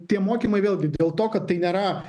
tie mokymai vėlgi dėl to kad tai nėra